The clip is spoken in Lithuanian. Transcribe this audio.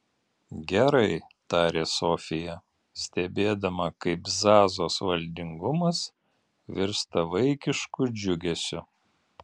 gerai tarė sofija stebėdama kaip zazos valdingumas virsta vaikišku džiugesiu